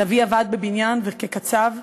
סבי עבד בבניין וכקצב.